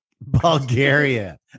Bulgaria